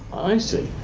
i see.